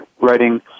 writing